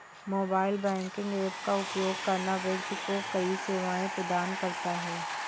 mobile banking app का उपयोग करना व्यक्ति को कई सेवाएं प्रदान करता है